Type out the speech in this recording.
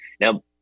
now